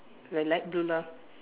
l~ light blue lah